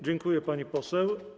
Dziękuję, pani poseł.